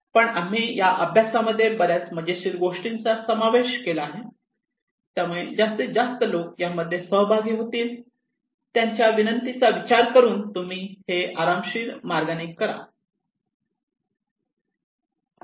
पण आम्ही या अभ्यासामध्ये बऱ्याच मजेशीर गोष्टींचा समावेश केला आहे त्यामुळे जास्तीत जास्त लोक यामध्ये सहभागी होतील त्यांच्या विनंतीचा विचार करून तुम्ही हे आरामशीर मार्गाने करा